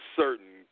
certain